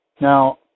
Now